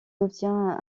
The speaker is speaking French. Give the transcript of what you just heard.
obtient